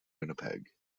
winnipeg